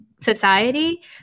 society